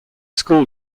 school